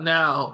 now